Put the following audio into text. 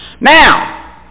Now